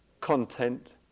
content